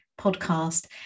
podcast